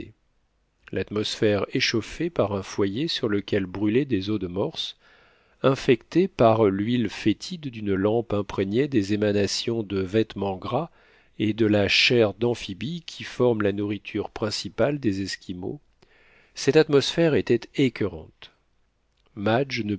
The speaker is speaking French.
l'atmosphère échauffée par un foyer sur lequel brûlaient des os de morses infectée par l'huile fétide d'une lampe imprégnée des émanations de vêtements gras et de la chair d'amphibie qui forme la nourriture principale des esquimaux cette atmosphère était écoeurante madge ne